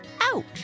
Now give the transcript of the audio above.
Ouch